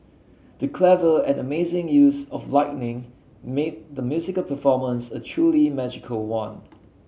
the clever and amazing use of lighting made the musical performance a truly magical one